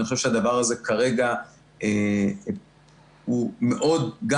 אני חושב שהדבר כרגע הוא מאוד גם